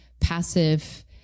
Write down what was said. passive